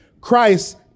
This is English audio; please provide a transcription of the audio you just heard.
Christ